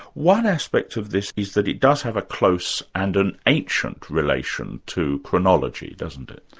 one aspect of this is that it does have a close and an ancient relation to chronology, doesn't it?